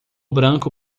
branco